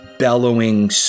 bellowing